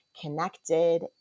connected